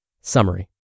Summary